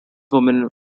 women